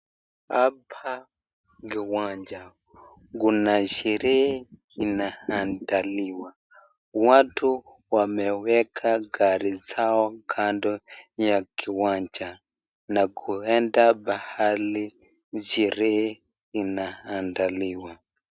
Hapa ni kiwanja. Kuna sherehe inaandaliwa. Watu wameweka gari zao kando ya kiwanja na kuenda mahali sherehe inaandaliwa.